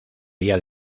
vía